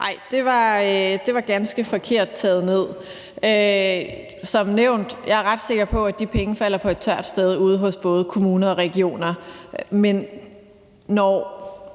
Nej, det var ganske forkert taget ned. Som nævnt er jeg ret sikker på, at de penge falder på et tørt sted ude hos både kommuner og regioner. Men når